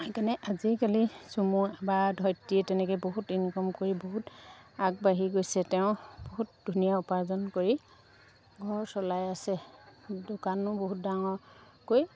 সেইকাৰণে আজিকালি চুমুৱে বা ধৰিত্ৰীয়ে তেনেকৈ বহুত ইনকম কৰি বহুত আগবাঢ়ি গৈছে তেওঁ বহুত ধুনীয়া উপাৰ্জন কৰি ঘৰ চলাই আছে দোকানো বহুত ডাঙৰকৈ